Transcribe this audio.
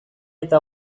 eta